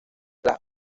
las